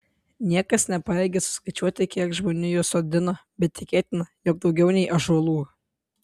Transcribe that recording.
niekas nepajėgė suskaičiuoti kiek žmonių juos sodino bet tikėtina jog daugiau nei ąžuolų